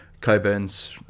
Coburn's